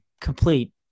complete